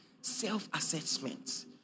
Self-assessment